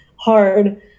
hard